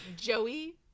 Joey